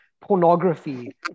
pornography